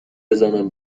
بزنم